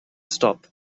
stop